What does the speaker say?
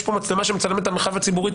יש כאן מצלמה שמצלמת את המרחב הציבורי,